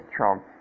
Trump